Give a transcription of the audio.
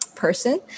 person